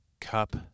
Cup